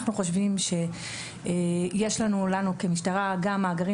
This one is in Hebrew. אנחנו חושבים שיש לנו כמשטרה גם מאגרים